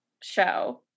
show